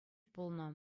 пулнӑ